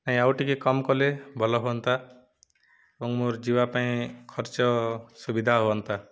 ନାହିଁ ଆଉ ଟିକେ କମ୍ କଲେ ଭଲ ହୁଅନ୍ତା ଏବଂ ମୋର ଯିବା ପାଇଁ ଖର୍ଚ୍ଚ ସୁବିଧା ହୁଅନ୍ତା